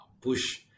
push